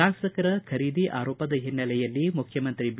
ಶಾಸಕರ ಖರೀದಿ ಆರೋಪದ ಹಿನ್ನೆಲೆಯಲ್ಲಿ ಮುಖ್ಯಮಂತ್ರಿ ಬಿ